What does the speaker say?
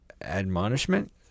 admonishment